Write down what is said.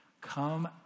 Come